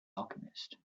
alchemist